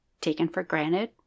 taken-for-granted